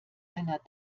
einer